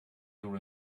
your